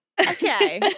Okay